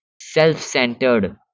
self-centered